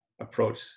approach